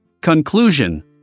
Conclusion